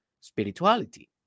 spirituality